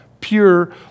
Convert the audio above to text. pure